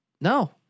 No